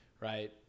right